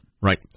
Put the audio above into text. Right